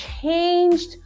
changed